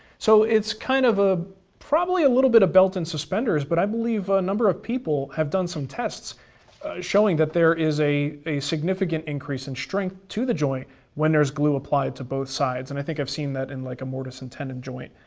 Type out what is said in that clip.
so it's kind of probably a little bit of belt and suspenders, but i believe a number of people have done some tests showing that there is a a significant increase increase in strength to the joint when there is glue applied to both sides, and i think i've seen that in like a mortise and tenon and joint,